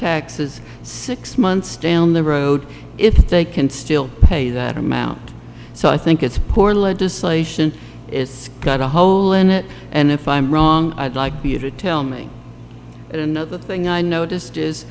taxes six months down the road if they can still pay that amount so i think it's poor legislation it's got a hole in it and if i'm wrong i'd like you to tell me that another thing i noticed is